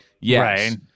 yes